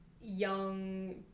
young